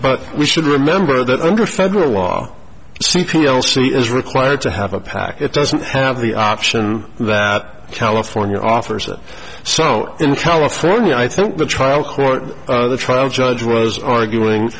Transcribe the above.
but we should remember that under federal law c p l c is required to have a pac it doesn't have the option that california offers it so in california i think the trial court the trial judge was arguing